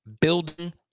building